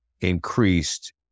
increased